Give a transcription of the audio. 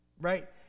right